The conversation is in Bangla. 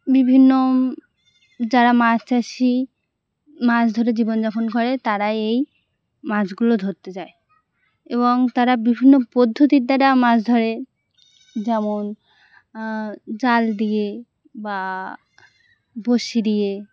বিভিন্ন যারা মাছ চাষি মাছ ধরে জীবন যাপন করে তারা এই মাছগুলো ধরতে যায় এবং তারা বিভিন্ন পদ্ধতির দ্বারা মাছ ধরে যেমন জাল দিয়ে বা বড়শি দিয়ে